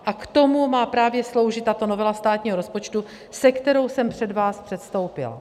A k tomu má právě sloužit tato novela státního rozpočtu, se kterou jsem před vás předstoupila.